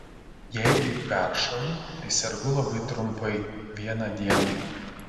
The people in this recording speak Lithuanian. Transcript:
jeigu ir peršąlu tai sergu labai trumpai vieną dieną